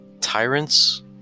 tyrants